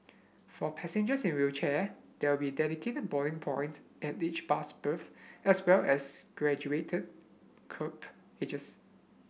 for passengers in wheelchair there we dedicated boarding points at each bus berth as well as graduated kerb edges